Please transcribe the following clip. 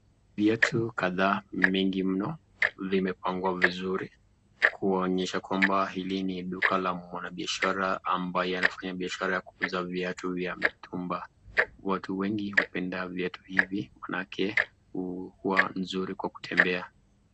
Viatu kadhaa mengi mno vimepangwa vizuri kuonyesha kwamba hili ni duka la mwanabiashara ambaye anafanya biashara ya kuuza viatu vya mitumba. Watu wengi hupenda viatu hivi maanake huwa nzuri kwa kutembea.